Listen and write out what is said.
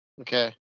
Okay